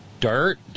dirt